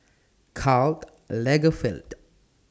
Karl Lagerfeld